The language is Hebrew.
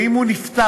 ואם הוא נפטר,